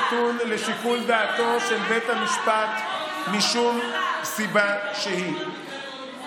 נתון לשיקול דעתו של בית המשפט משום סיבה שהיא.